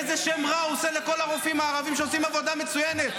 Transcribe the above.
איזה שם רע הוא עושה לכל הרופאים הערבים שעושים עבודה מצוינת.